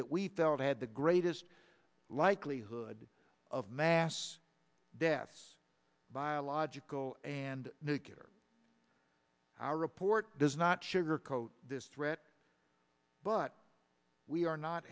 that we thought had the greatest likelihood of mass deaths biological and nuclear our report does not sugarcoat this threat but we are not